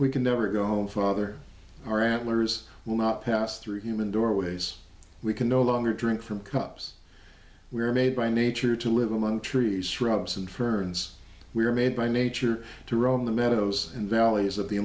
we can never go home father our antlers will not pass through human doorways we can no longer drink from cups we are made by nature to live among trees shrubs and ferns we are made by nature to roam the meadows and valleys of the